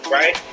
right